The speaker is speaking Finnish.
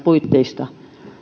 puitteista